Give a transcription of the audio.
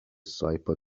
سایپا